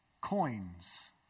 Coins